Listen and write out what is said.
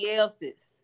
else's